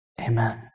Amen